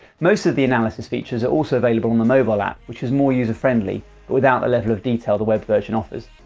most of the analysis features are also available on the mobile app, which is more user friendly, but without the level of detail the web version offers.